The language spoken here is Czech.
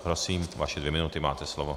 Prosím, vaše dvě minuty, máte slovo.